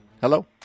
Hello